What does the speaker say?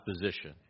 position